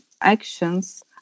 Actions